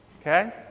okay